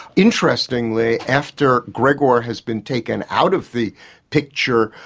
interestingly after gregor has been taken out of the picture,